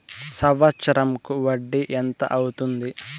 సంవత్సరం కు వడ్డీ ఎంత అవుతుంది?